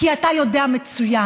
כי אתה יודע מצוין,